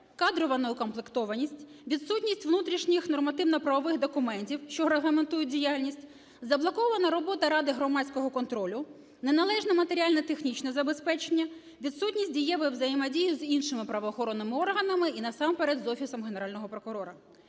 кадрова неукомплектованість, відсутність внутрішніх нормативно-правових документів, що регламентують діяльність, заблокована робота Ради громадського контролю, неналежне матеріально-технічне забезпечення, відсутність дієвої взаємодії з іншими правоохоронними органами і насамперед з Офісом Генерального прокурора.